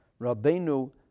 Rabbeinu